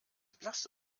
blass